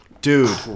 Dude